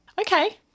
Okay